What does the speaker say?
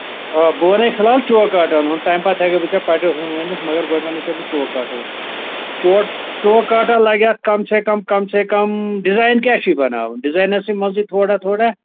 آ بہٕ وَنے فِلحال چوکاٹَن ہُنٛد تَمہِ پَتہٕ ہیٚکَے بہٕ ژےٚ پَٹَیٚن ہُنٛد ؤنِتھ مَگر گۄڈٕ وَنَے ژےٚ بہٕ چوکاٹُک چوکاٹَن لَگہِ اَتھ کَم سے کَم کَم سے کَم ڈِزایِن کیٛاہ چھُے بَناوُن ڈِزاینَسٕے منٛزٕے تھوڑا تھوڑا